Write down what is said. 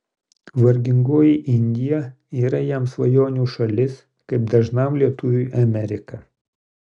vargingoji indija yra jam svajonių šalis kaip dažnam lietuviui amerika